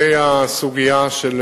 ולנוכח הידיעות על קרינה של